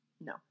No